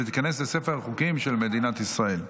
ותיכנס לספר החוקים של מדינת ישראל.